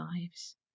lives